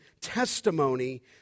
testimony